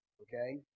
Okay